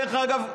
דרך אגב,